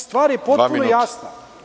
Stvar je potpuno jasna.